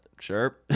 Sure